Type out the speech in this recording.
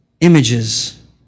images